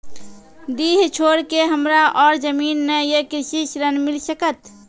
डीह छोर के हमरा और जमीन ने ये कृषि ऋण मिल सकत?